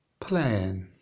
Plan